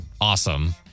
awesome